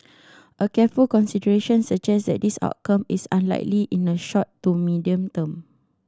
a careful consideration suggest that this outcome is unlikely in the short to medium term